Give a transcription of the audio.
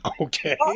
Okay